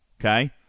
okay